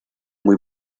muy